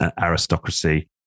aristocracy